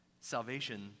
salvation